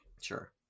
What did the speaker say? Sure